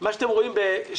מה שאתם רואים ב-2016,